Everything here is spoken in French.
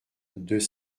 deux